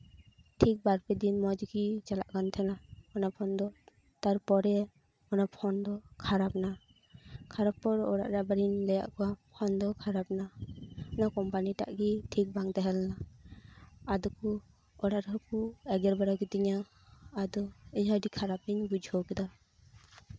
ᱴᱷᱤᱠ ᱵᱟᱨ ᱯᱮ ᱫᱤᱱ ᱢᱚᱸᱡᱽ ᱜᱮ ᱪᱟᱞᱟᱜ ᱠᱟᱱ ᱛᱟᱸᱦᱮᱱᱟ ᱚᱱᱟ ᱯᱷᱳᱱ ᱫᱚ ᱛᱟᱨ ᱯᱚᱨᱮ ᱚᱱᱟ ᱯᱷᱳᱱ ᱫᱚ ᱠᱷᱟᱨᱟᱯ ᱮᱱᱟ ᱠᱷᱟᱨᱟᱯ ᱯᱚᱨ ᱚᱲᱟᱜ ᱨᱮ ᱟᱵᱟᱨ ᱤᱧ ᱞᱟᱹᱭ ᱟᱫ ᱠᱚᱣᱟ ᱯᱷᱳᱱ ᱫᱚ ᱠᱷᱟᱨᱟᱯ ᱮᱱᱟ ᱚᱱᱟ ᱠᱳᱢᱯᱟᱱᱤ ᱮᱴᱟᱜ ᱜᱮ ᱴᱷᱤᱠ ᱵᱟᱝ ᱛᱟᱦᱮᱸ ᱞᱮᱱᱟ ᱟᱫᱚ ᱚᱲᱟᱜ ᱨᱮᱦᱚᱸ ᱠᱚ ᱮᱜᱮᱨ ᱵᱟᱲᱟ ᱟᱠᱟᱫᱤᱧᱟ ᱟᱫᱚ ᱤᱧ ᱦᱚᱸ ᱟᱹᱰᱤ ᱠᱷᱟᱨᱟᱯ ᱤᱧ ᱵᱩᱡᱷᱟᱹᱣ ᱠᱮᱫᱟ